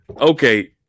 okay